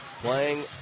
playing